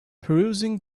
perusing